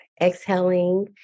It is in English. exhaling